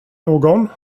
någon